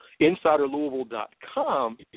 InsiderLouisville.com